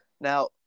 now